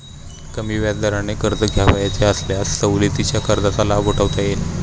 कमी व्याजदराने कर्ज घ्यावयाचे असल्यास सवलतीच्या कर्जाचा लाभ उठवता येईल